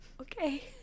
Okay